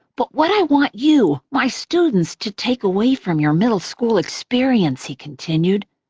but what i want you, my students, to take away from your middle-school experience, he continued,